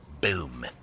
Boom